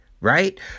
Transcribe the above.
right